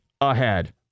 ahead